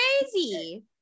crazy